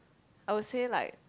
I will say like